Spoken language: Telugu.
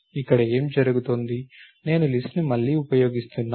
ఇక్కడ ఏమి జరుగుతోంది నేను లిస్ట్ ను మళ్లీ ఉపయోగిస్తున్నాను